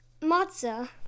Matzah